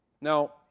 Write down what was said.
Now